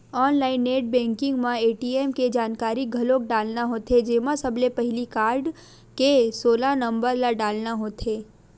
online net banking म ATM के जानकारी घलोक डालना होथे जेमा सबले पहिली कारड के सोलह नंबर ल डालना होथे